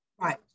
Right